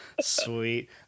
sweet